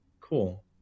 Cool